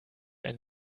ein